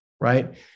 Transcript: right